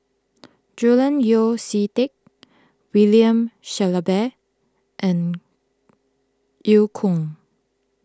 Julian Yeo See Teck William Shellabear and Eu Kong